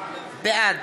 בעד